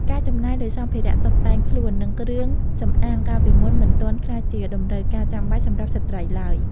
ការចំណាយលើសម្ភារៈតុបតែងខ្លួន និងគ្រឿងសម្អាងកាលពីមុនមិនទាន់ក្លាយជាតម្រូវការចាំបាច់សម្រាប់ស្ត្រីឡើយ។